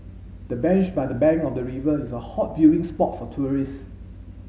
the bench by the bank of the river is a hot viewing spot for tourists